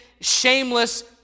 shameless